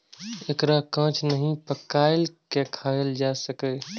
एकरा कांच नहि, पकाइये के खायल जा सकैए